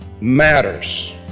matters